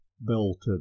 belted